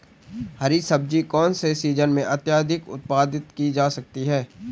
हरी सब्जी कौन से सीजन में अत्यधिक उत्पादित की जा सकती है?